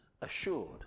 assured